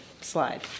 slide